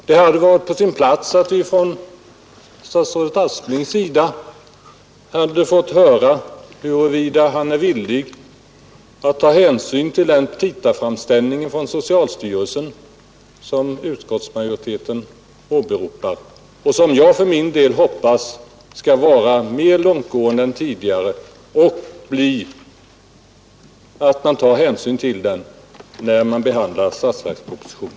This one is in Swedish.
Det hade varit på sin plats att vi fått höra av statsrådet Aspling, huruvida han är villig att ta hänsyn till den petitaframställning från socialstyrelsen som utskottsmajoriteten åberopar och som jag för min del hoppas skall vara mer långtgående än tidigare och som jag hoppas att man tar hänsyn till när man utformar statsverkspropositionen.